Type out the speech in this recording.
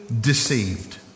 deceived